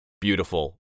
beautiful